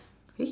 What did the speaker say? okay